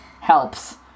helps